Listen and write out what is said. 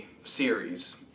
series